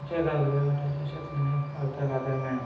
आमच्या गांवगिऱ्या वाठार अशें अर्थाक आदार मेळना